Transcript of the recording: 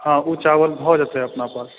हॅं ई चावल भऽ जेतै अपना पास